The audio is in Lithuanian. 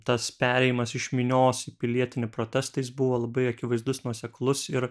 tas perėjimas iš minios į pilietinį protestą jis buvo labai akivaizdus nuoseklus ir